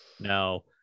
Now